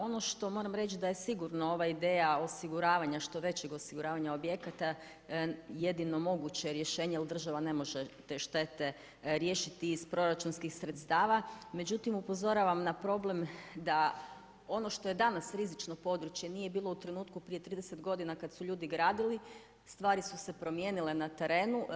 Ono što moram reći, da je sigurno ova ideja, osiguravanja, što većeg osiguravanja objekata, jedino moguće rješenje, jer država ne može te štete riješiti iz proračunskih sredstava, međutim, upozoravam na problem, da ono što je danas rizično područje, nije bilo u trenutku prije 30 g. kada su ljudi gradili, stvari su se promijenile na terenu.